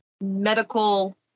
medical